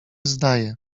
zdaje